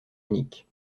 unique